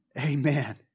Amen